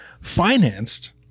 financed